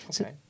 Okay